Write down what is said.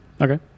Okay